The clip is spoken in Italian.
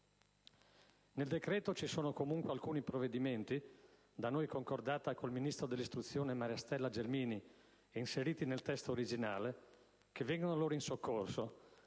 Nel decreto ci sono comunque alcune misure, da noi concordate con il ministro dell'istruzione Gelmini, e inserite nel testo originale, che vengono loro in soccorso,